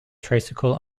tricycle